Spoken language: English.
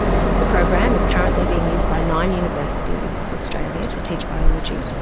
the program is currently being used by nine universities across australia to teach biology,